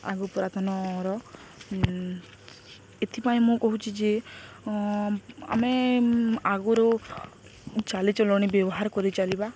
ଆଗ ପୁରାତନର ଏଥିପାଇଁ ମୁଁ କହୁଛି ଯେ ଆମେ ଆଗରୁ ଚାଲିଚଲଣି ବ୍ୟବହାର କରି ଚାଲିବା